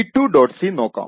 c നോക്കാം